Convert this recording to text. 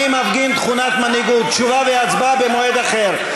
אני מפגין תכונת מנהיגות, תשובה והצבעה במועד אחר.